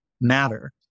matter